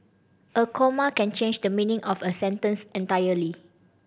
a comma can change the meaning of a sentence entirely